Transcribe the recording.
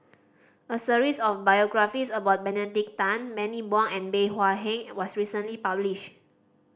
a series of biographies about Benedict Tan Bani Buang and Bey Hua Heng was recently publish